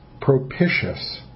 propitious